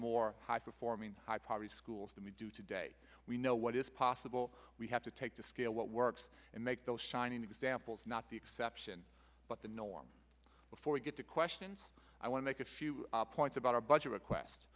more high performing high poverty schools than we do today we know what is possible we have to take to scale what works and make those shining examples not the exception but the norm before we get to questions i want to make a few points about our budget request